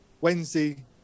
Wednesday